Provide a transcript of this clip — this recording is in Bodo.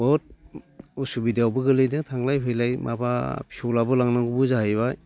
बहुद उसुबिदायावबो गोलैदों थांलाय फैलाय माबा फिसौज्लाबो लांनांगौबो जाहैबाय